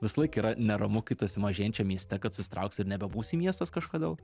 visąlaik yra neramu kai tu esi mažėjančiam mieste kad susitrauksi ir nebebūsi miestas kažkodėl